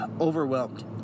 Overwhelmed